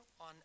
on